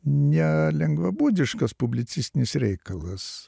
ne lengvabūdiškas publicistinis reikalas